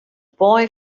boy